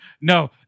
no